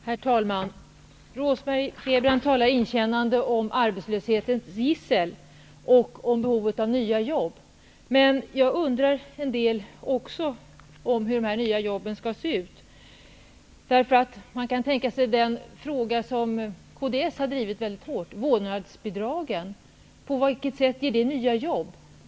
Herr talman! Rose-Marie Frebran talar inkännande om arbetslöshetens gissel och om behovet av nya jobb. Men jag undrar hur dessa nya jobb skall se ut. Man kan tänka sig den fråga som kds har drivit väldigt hårt, nämligen frågan om vårdnadsbidragen. På vilket sätt skapar de nya jobb?